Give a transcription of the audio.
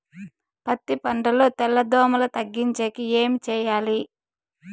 పత్తి పంటలో తెల్ల దోమల తగ్గించేకి ఏమి చేయాలి?